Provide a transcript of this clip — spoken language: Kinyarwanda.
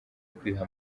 kwiha